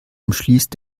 umschließt